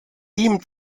ihm